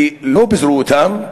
ולא פיזרו אותם,